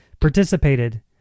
participated